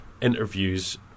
interviews